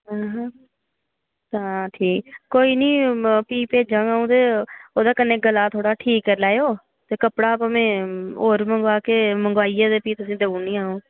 तां ठीक कोई नी फ्ही भेजंग अऊं ते ओह्दा कन्नैह् गला थोड़ा ठीक करी लैयो ते कपड़ा भामें होर मंगवागे मंगवाइयै ते फ्ही तुसेंगी देई उड़़नी आं अऊं